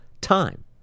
time